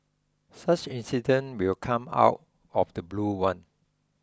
such incidents will come out of the blue one